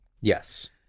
Yes